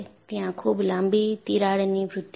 ત્યાં ખૂબ લાંબી તિરાડની વૃદ્ધિ છે